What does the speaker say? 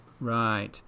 Right